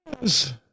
Yes